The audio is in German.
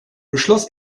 beschloss